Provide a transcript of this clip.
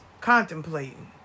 contemplating